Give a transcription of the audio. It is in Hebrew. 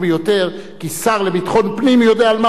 כי השר לביטחון פנים יודע על מה הוא צריך לענות.